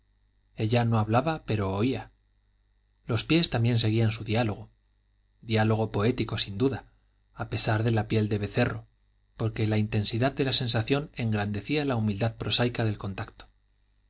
ella no hablaba pero oía los pies también seguían su diálogo diálogo poético sin duda a pesar de la piel de becerro porque la intensidad de la sensación engrandecía la humildad prosaica del contacto